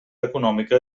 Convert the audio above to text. econòmica